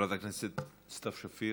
חברת הכנסת סתיו שפיר,